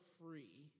free